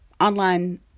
online